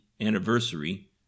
anniversary